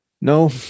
No